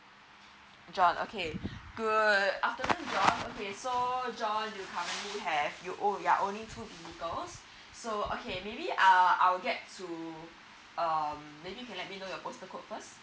john okay good afternoon john okay so john you currently have you own you're owning two vehicles so okay maybe uh I'll get to um maybe you can let me know your postal code first